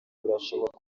birashoboka